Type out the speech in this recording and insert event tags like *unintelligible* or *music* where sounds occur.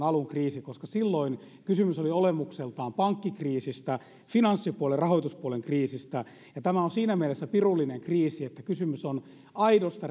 *unintelligible* alun kriisi koska silloin kysymys oli olemukseltaan pankkikriisistä finanssipuolen rahoituspuolen kriisistä ja tämä on siinä mielessä pirullinen kriisi että kysymys on aidosta *unintelligible*